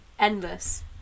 endless